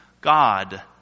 God